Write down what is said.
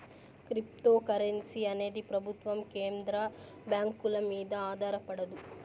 cryptocurrency అనేది ప్రభుత్వం కేంద్ర బ్యాంకుల మీద ఆధారపడదు